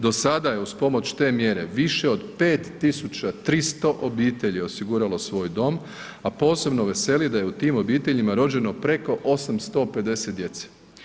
Do sada je uz pomoć te mjere više od 5 tisuća 300 obitelji osiguralo svoj dom a posebno veseli da je u tim obiteljima rođeno preko 850 djece.